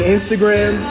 Instagram